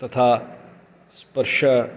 तथा स्पर्शः